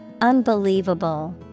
Unbelievable